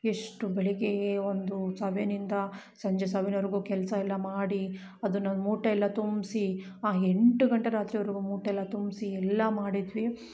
ಎಷ್ಟು ಬೆಳಗ್ಗೇ ಒಂದು ಸವೆನ್ ಇಂದ ಸಂಜೆ ಸೆವೆನ್ ವರೆಗು ಕೆಲಸ ಎಲ್ಲ ಮಾಡಿ ಅದನ್ನು ಮೂಟೆ ಎಲ್ಲ ತುಂಬಿಸಿ ಆ ಎಂಟು ಗಂಟೆ ರಾತ್ರಿ ವರೆಗು ಮೂಟೆ ಎಲ್ಲ ತುಂಬಿಸಿ ಎಲ್ಲ ಮಾಡಿದ್ವಿ